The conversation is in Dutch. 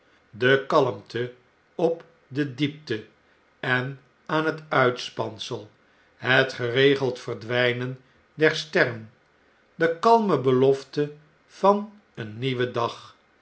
de kalmte op de diepte en aan het uitspansel het geregeld verdwynen der sterren de kalme belofte van een nieuwen dag